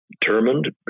determined